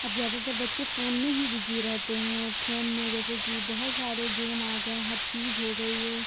अब ज़्यादातर बच्चे फ़ोन में ही बिजी रहते हैं फ़ोन में जैसे कि बहुत सारे गेम आ गए हैं हर चीज़ हो गई है